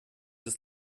ist